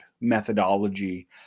methodology